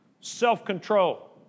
self-control